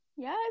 Yes